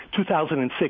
2006